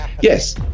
yes